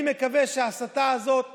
אני מקווה שההסתה הזאת תיפסק,